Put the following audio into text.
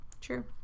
True